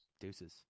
deuces